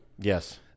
yes